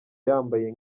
yambaye